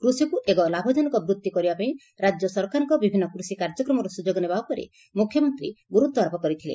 କୃଷିକୁ ଏକ ଲାଭଜନକ ବୃଭି କରିବାପାଇଁ ରାଜ୍ୟ ସରକାରଙ୍କର ବିଭିନ୍ନ କୃଷି କାର୍ଯ୍ୟକ୍ରମର ସୁଯୋଗ ନେବା ଉପରେ ମୁଖ୍ୟମନ୍ତୀ ଗୁରୁତ୍ୱ ଆରୋପ କରିଥିଲେ